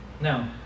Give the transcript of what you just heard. Now